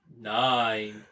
nine